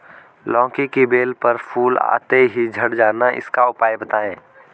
लौकी की बेल पर फूल आते ही झड़ जाना इसका उपाय बताएं?